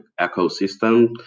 ecosystem